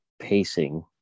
pacing